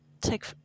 take